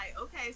okay